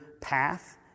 path